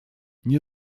nie